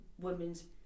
women's